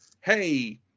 hey